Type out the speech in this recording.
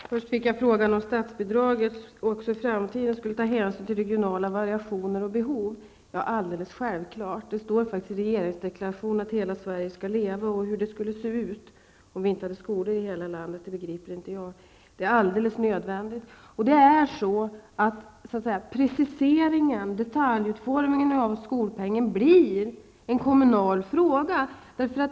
Fru talman! Först fick jag frågan om man med statsbidraget också i framtiden skulle ta hänsyn till regionala variationer och behov. Ja, alldeles självklart. Det står faktiskt i regeringsdeklarationen att hela Sverige skall leva. Hur det skulle se ut om vi inte hade skolor i hela landet, begriper inte jag. Det är helt nödvändigt. Preciseringen, detaljutformningen av skolpengen blir en kommunal fråga.